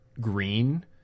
green